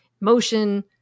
motion